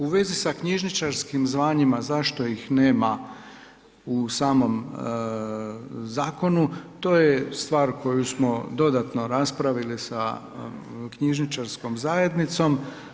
U vezi sa knjižničarskim zvanjima zašto ih nema u samom zakonu to je stvar koju smo dodatno raspravili sa knjižničarskom zajednicom.